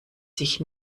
sich